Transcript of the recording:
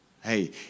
Hey